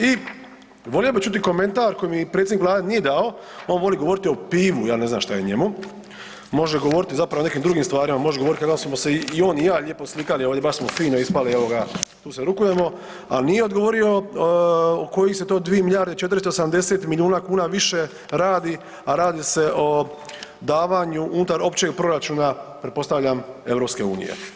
I volio bi čuti komentar koji mi predsjednik vlade nije dao, on voli govoriti o pivu, ja ne znam šta je njemu, može govoriti zapravo o nekim drugim stvarima, može govoriti kako smo se i on i ja lijepo slikali ovdje, baš smo fino ispali, evo ga, tu se rukujemo, al nije odgovorio o koji se to 2 milijarde 480 milijuna kuna više radi, a radi se o davanju unutar općeg proračuna, pretpostavljam EU.